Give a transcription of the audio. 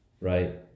right